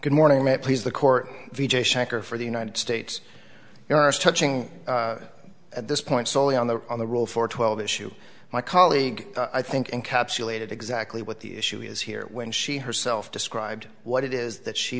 good morning it please the court v j shanker for the united states there is touching at this point soley on the on the role for twelve issue my colleague i think encapsulated exactly what the issue is here when she herself described what it is that she